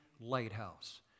lighthouse